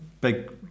big